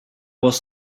was